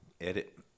edit